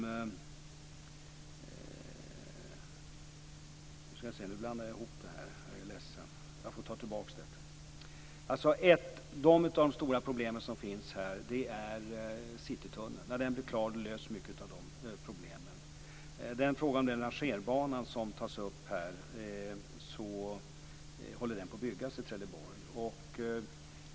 Nu blandar jag ihop det här. Jag är ledsen. Jag får ta tillbaka detta. Ett av de stora problem som finns här är alltså Citytunneln. När den är klar löser vi många av de här problemen. Och rangerbanan håller som sagt på att byggas i Trelleborg.